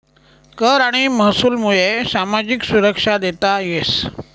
कर आणि महसूलमुये सामाजिक सुरक्षा देता येस